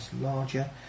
larger